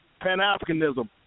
pan-Africanism